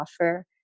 offer